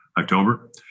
October